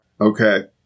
okay